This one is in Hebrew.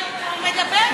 אני מדברת אתך,